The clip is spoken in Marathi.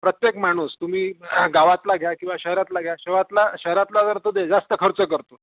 प्रत्येक माणूस तुम्ही गावातला घ्या किंवा शहरातला घ्या शवातला शहरातला जर तो ते जास्त खर्च करतो